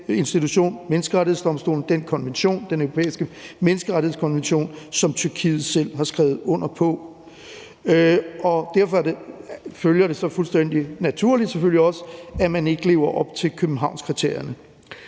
Menneskerettighedsdomstolen, og den europæiske menneskerettighedskonvention, som Tyrkiet selv har skrevet under på. Derfor følger det selvfølgelig også fuldstændig naturligt, at man ikke lever op til Københavnskriterierne.